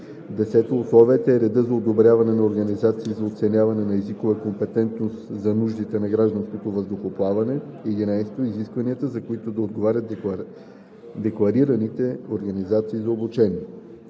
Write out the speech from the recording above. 10. условията и реда за одобряване на организациите за оценяване на езикова компетентност за нуждите на гражданското въздухоплаване; 11. изискванията, на които да отговарят декларираните организации за обучение.“